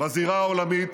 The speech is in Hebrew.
בזירה העולמית,